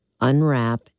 unwrap